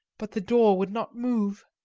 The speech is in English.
but the door would not move.